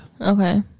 Okay